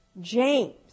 James